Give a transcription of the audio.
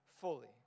fully